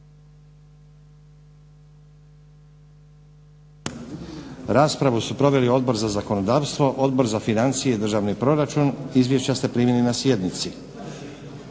Raspravu su proveli Odbor za zakonodavstvo, Odbor za financije i državni proračun. Izvješća ste primili na sjednici.